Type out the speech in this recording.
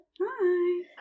Hi